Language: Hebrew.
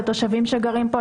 לבין תושבים שגרים כאן,